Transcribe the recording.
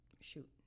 Shoot